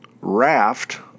raft